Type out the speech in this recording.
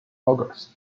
august